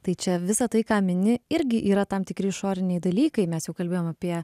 tai čia visa tai ką mini irgi yra tam tikri išoriniai dalykai mes jau kalbėjome apie